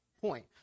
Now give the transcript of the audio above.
point